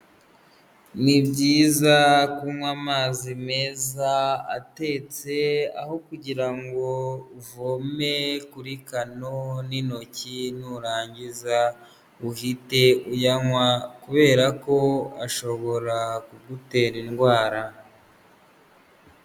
Ni byiza kunywa amazi meza atetse, aho kugira ngo uvome kuri kano n'intoki nurangiza uhite uyanywa, kubera ko ashobora kugutera indwara.